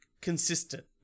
consistent